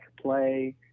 play